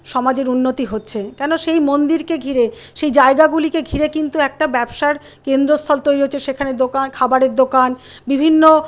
সমাজের উন্নতি হচ্ছে কেন সেই মন্দিরকে ঘিরে সেই জায়গাগুলিকে ঘিরে কিন্তু একটা ব্যবসার কেন্দ্রস্থল তৈরি হচ্ছে সেখানে দোকান খাবারের দোকান বিভিন্ন